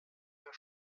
herr